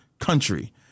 country